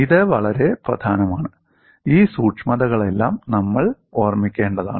ഇത് വളരെ പ്രധാനമാണ് ഈ സൂക്ഷ്മതകളെല്ലാം നമ്മൾ ഓർമ്മിക്കേണ്ടതാണ്